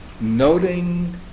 noting